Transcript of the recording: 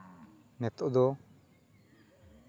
ᱱᱤᱛᱳᱜ ᱫᱚ